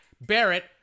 Barrett